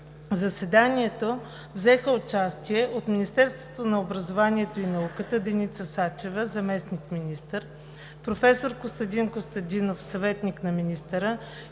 В заседанието взеха участие: от Министерството на образованието и науката – Деница Сачева – заместник-министър, професор Костадин Костадинов – съветник на министъра,